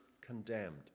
condemned